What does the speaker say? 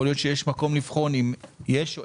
יכול להיות שיש מקום לבחון אלה